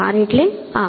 4 એટલે આ